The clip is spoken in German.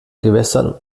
gewässern